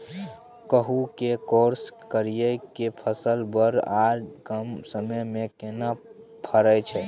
कद्दू के क्रॉस करिये के फल बर आर कम समय में केना फरय छै?